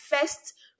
first